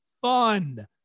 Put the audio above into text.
fun